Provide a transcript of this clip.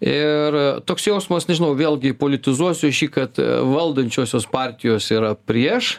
ir toks jausmas nežinau vėlgi politizuosiu šį kad valdančiosios partijos yra prieš